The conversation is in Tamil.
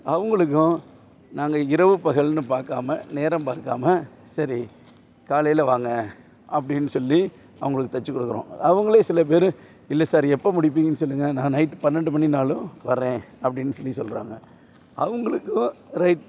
அவங்களுக்கும் நாங்கள் இரவு பகல்னு பார்க்காம நேரம் பார்க்காமல் சரி காலையில வாங்க அப்படின்னு சொல்லி அவங்களுக்கு தச்சிக் கொடுக்குறோம் அவங்களே சில பேர் இல்லை சார் எப்போ முடிப்பீங்கன்னு சொல்லுங்கள் நான் நைட்டு பன்னெண்டு மணினாலும் வர்றேன் அப்படின்னு சொல்லி சொல்கிறாங்க அவங்களுக்கும் ரைட்